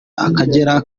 akagera